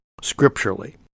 scripturally